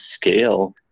scale